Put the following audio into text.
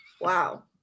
wow